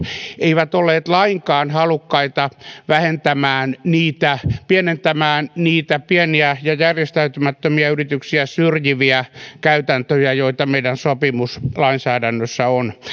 eivät olleet lainkaan halukkaita vähentämään ja pienentämään niitä pieniä ja järjestäytymättömiä yrityksiä syrjiviä käytäntöjä joita meidän sopimuslainsäädännössä on